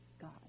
God